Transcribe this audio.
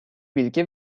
bilgi